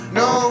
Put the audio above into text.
no